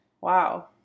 Wow